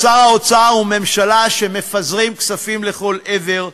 שר אוצר וממשלה שמפזרים כספים לכל עבר,